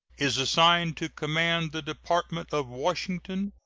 is assigned to command the department of washington,